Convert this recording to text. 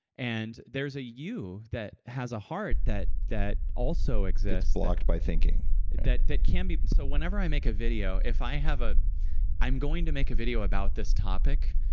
and, there's a you that has a heart that that also exists it's blocked by thinking that that can be. so, whenever i make a video, if i have a i'm going to make a video about this topic,